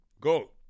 Go